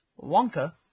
Wonka